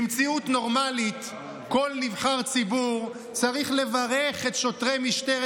במציאות נורמלית כל נבחר ציבור צריך לברך את שוטרי משטרת